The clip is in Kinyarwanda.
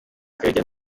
karegeya